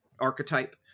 archetype